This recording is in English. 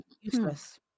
Useless